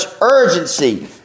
urgency